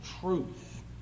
truth